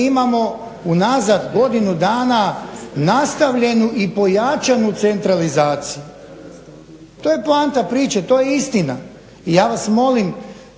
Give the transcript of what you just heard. imamo unazad godinu dana nastavljenu i pojačanu centralizaciju. To je poanta priče, to je istina. I ja vas molim